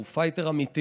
הוא פייטר אמיתי